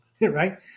right